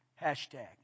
Hashtag